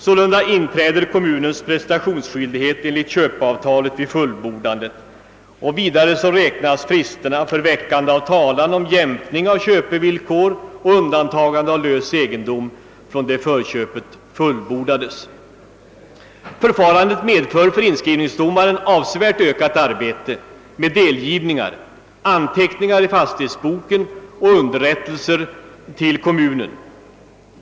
Sålunda inträder kommunens prestationsskyldighet enligt köpeavtalet vid fullbordandet. Vidare räk Förfarandet medför avsevärt ökat arbete för inskrivningsdomaren när det gäller delgivningar, anteckningar i fastighetsboken och underrättelser = till kommunen.